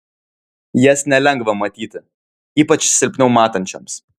jas nelengva matyti ypač silpniau matančioms